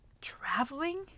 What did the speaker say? traveling